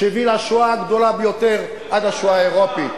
שהביא לשואה הגדולה ביותר עד השואה האירופית.